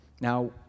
Now